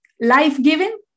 life-giving